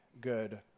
good